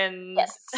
Yes